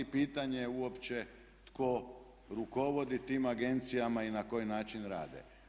I pitanje je uopće tko rukovodi tim agencijama i na koji način rade.